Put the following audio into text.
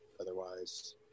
otherwise